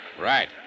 Right